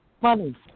Money